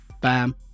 bam